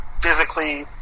physically